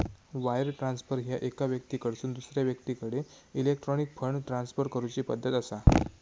wire transfer ह्या एका व्यक्तीकडसून दुसरा व्यक्तीकडे इलेक्ट्रॉनिक फंड ट्रान्सफर करूची पद्धत असा